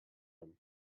him